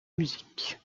musique